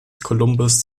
columbus